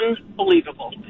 unbelievable